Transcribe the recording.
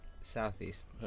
southeast